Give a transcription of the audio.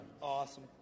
Awesome